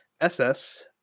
SS